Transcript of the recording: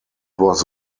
was